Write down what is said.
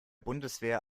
bundeswehr